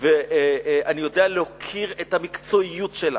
ויודע להוקיר את המקצועיות שלה.